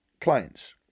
clients